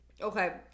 Okay